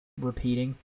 repeating